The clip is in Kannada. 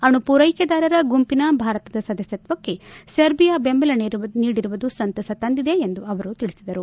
ಅಣು ಪೂರೈಕೆದಾರರ ಗುಂಪಿನ ಭಾರತದ ಸದಸ್ಕತ್ವಕ್ಕೆ ಸೆರ್ಬಿಯ ಬೆಂಬಲ ನೀಡಿರುವುದು ಸಂತಸ ತಂದಿದೆ ಎಂದು ಅವರು ಹೇಳಿದರು